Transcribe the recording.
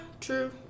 true